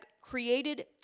created